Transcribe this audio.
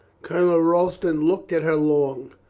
colonel royston looked at her long.